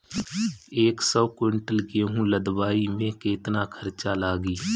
एक सौ कुंटल गेहूं लदवाई में केतना खर्चा लागी?